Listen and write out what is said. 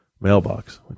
mailbox